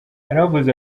yaravuze